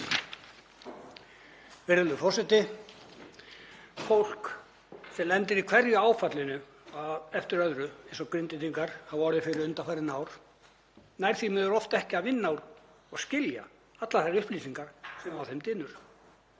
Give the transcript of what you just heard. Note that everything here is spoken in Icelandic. Virðulegur forseti. Fólk sem lendir í hverju áfallinu á eftir öðru eins og Grindvíkingar hafa orðið fyrir undanfarin ár nær því miður oft ekki að vinna úr og skilja allar þær upplýsingar sem á því dynja.